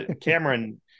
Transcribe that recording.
Cameron